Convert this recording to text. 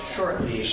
Shortly